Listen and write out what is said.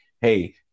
hey